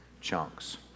chunks